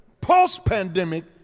post-pandemic